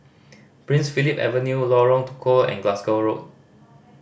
Prince Philip Avenue Lorong Tukol and Glasgow Road